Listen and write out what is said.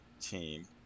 team